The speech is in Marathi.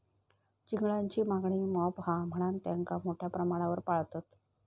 चिंगळांची मागणी मोप हा म्हणान तेंका मोठ्या प्रमाणावर पाळतत